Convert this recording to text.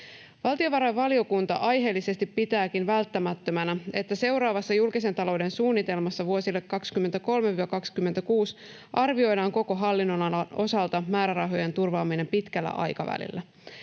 Valtiovarainvaliokunta aiheellisesti pitääkin välttämättömänä, että seuraavassa julkisen talouden suunnitelmassa vuosille 23—26 arvioidaan koko hallinnonalan osalta määrärahojen turvaaminen pitkällä aikavälillä.